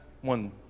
one